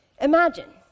Imagine